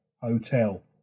hotel